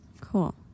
Cool